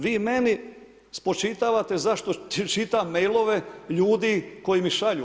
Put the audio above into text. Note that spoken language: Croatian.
Vi meni spočitavate zašto čitam mailove ljudi koji mi šalju.